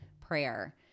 prayer